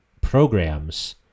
programs